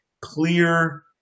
clear